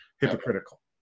hypocritical